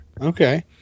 Okay